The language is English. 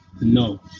no